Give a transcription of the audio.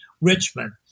Richmond